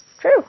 True